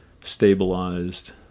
stabilized